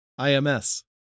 ims